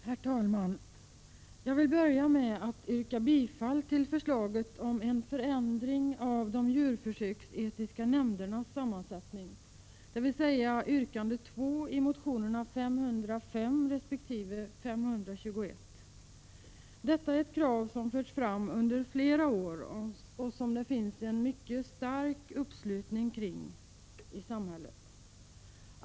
Herr talman! Jag vill börja med att yrka bifall till förslaget om en förändring av de djurförsöksetiska nämndernas sammansättning, dvs. yrkande 2 i motionerna 1985/86:Jo0505 resp. 521. Detta är ett krav som förts fram under flera år och som det finns en mycket stor uppslutning kring i samhället.